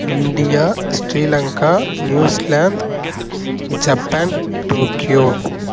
India Sri Lanka New Zealand Japan Tokyo